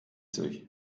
sich